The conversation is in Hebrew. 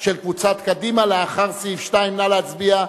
ההסתייגות של קבוצת סיעת רע"ם-תע"ל לאחרי סעיף 2 לא נתקבלה.